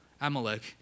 Amalek